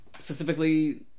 specifically